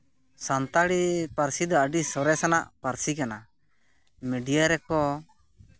ᱥᱟᱱᱛᱟᱲᱤ ᱯᱟᱹᱨᱥᱤ ᱫᱚ ᱟᱹᱰᱤ ᱥᱚᱨᱮᱥᱟᱱᱟᱜ ᱯᱟᱹᱨᱥᱤ ᱠᱟᱱᱟ ᱢᱤᱰᱤᱭᱟ ᱨᱮᱠᱚ